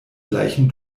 gleichen